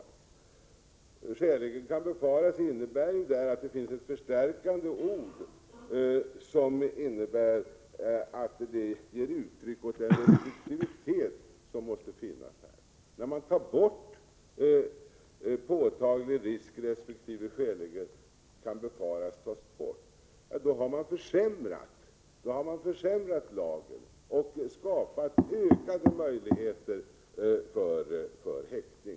I uttrycket ”skäligen kan befaras” finns ett förstärkande ord som innebär att man ger uttryck åt den restriktivitet som här måste finnas. När man inte tar med uttrycket ”påtaglig risk” resp. tar bort ”skäligen kan befaras” så har man försämrat lagen och skapat ökade möjligheter för häktning.